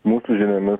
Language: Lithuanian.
mūsų žiniomis